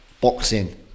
boxing